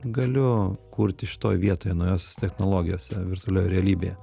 galiu kurti šitoj vietoj naujosiose technologijose virtualioj realybėje